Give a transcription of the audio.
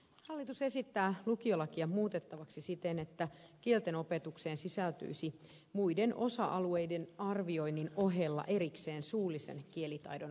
hallitus esittää lukiolakia muutettavaksi siten että kielten opetukseen sisältyisi muiden osa alueiden arvioinnin ohella erikseen suullisen kielitaidon arviointi